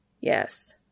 Yes